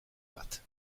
bat